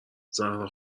زهرا